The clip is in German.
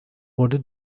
wurde